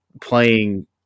playing